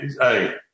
hey